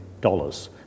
dollars